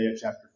chapter